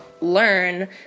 learn